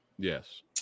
Yes